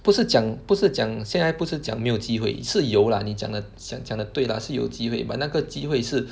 不是讲不是讲现在不是讲没有机会是有 lah 你讲的想讲的对 lah 是有机会 but 那个机会是